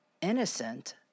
innocent